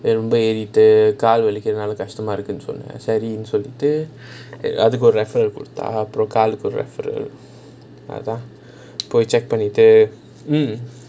ரொம்ப ஏரிட்டு கால வைத்து நாலா கஷ்டமா இருக்குனு சொல்லிட்டு அதுக்கு ஒரு:romba eritu kaala vaithu naala kashtamaa irukunu solittu athuku oru referral குடுத்த அப்புறம் காலுக்கு ஒரு:kudutha appuram kaaluku oru referral then check பண்ணிட்டு:pannittu hmm